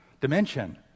dimension